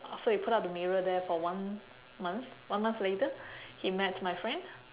after he put up the mirror there for one month one month later he met my friend